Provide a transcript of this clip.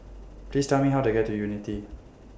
Please Tell Me How to get to Unity